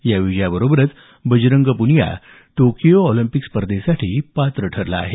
या विजयाबरोबरच Bajrang Punia Tokyo Olympic स्पर्धेसाठी पात्रता ठरला आहे